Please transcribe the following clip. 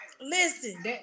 listen